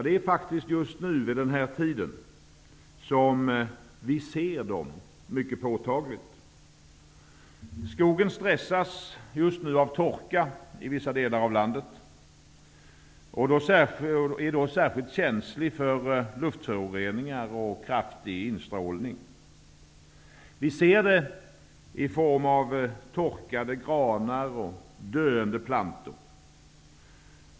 Det är faktiskt just nu, vid den här tiden på året, som vi ser hoten mycket påtagligt. Skogen stressas just nu av torka i vissa delar av landet och är då särskilt känslig mot luftföroreningar och kraftig instrålning. Vi ser detta i form av torkade granar och döende plantor.